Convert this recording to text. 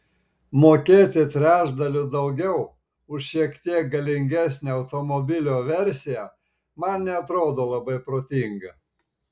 mokėti trečdaliu daugiau už šiek tiek galingesnę automobilio versiją man neatrodo labai protinga